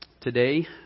today